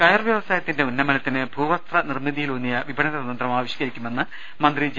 കയർ വ്യവസായത്തിന്റെ ഉന്നമനത്തിന് ഭൂവസ്ത്ര നിർമിതിയിലൂന്നിയ വിപണന ത്രന്തം ആവിഷ്കരിക്കണമെന്ന് മന്ത്രി ജെ